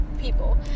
people